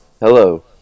Hello